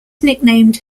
nicknamed